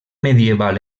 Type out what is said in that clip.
medieval